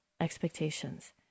expectations